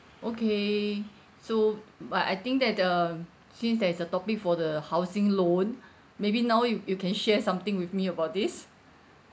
okay so but I think that the since there is a topic for the housing loan maybe now you you can share something with me about this